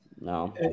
no